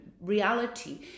reality